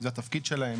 זה התפקיד שלהם.